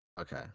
Okay